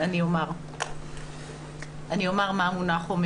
אני אומר מה המונח אומר.